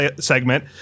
segment